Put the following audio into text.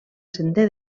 sender